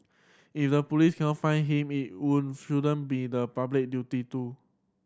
if the police cannot find him it would shouldn't be the public duty to